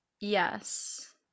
yes